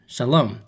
Shalom